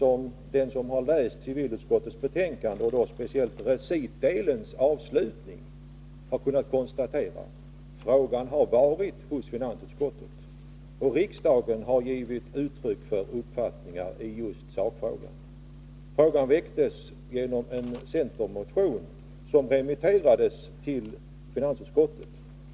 Som den som läser civilutskottets betänkande och då speciellt recitdelens avslutning kunnat konstatera har frågan varit hos finansutskottet, och riksdagen har givit uttryck för uppfattningar i just sakfrågan. Frågan väcktes genom en centermotion som remitterades till finansutskottet.